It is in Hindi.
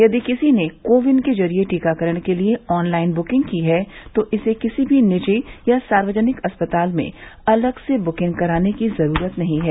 यदि किसी ने को विन के जरिए टीकाकरण के लिए ऑनलाइन बुकिंग की है तो इसे किसी भी निजी या सार्वजनिक अस्पताल में अलग से बुकिंग कराने की जरूरत नहीं है